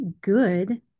good